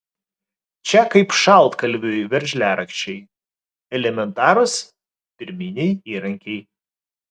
čia kaip šaltkalviui veržliarakčiai elementarūs pirminiai įrankiai